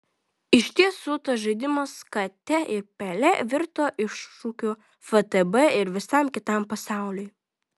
iš tiesų tas žaidimas kate ir pele virto iššūkiu ftb ir visam kitam pasauliui